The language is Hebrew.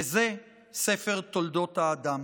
ו"זה ספר תולדות האדם".